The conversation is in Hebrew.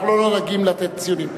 אנחנו לא נוהגים לתת ציונים.